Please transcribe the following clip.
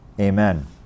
Amen